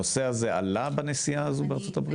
הנושא הזה עלה בנסיעה הזו לארצות הברית?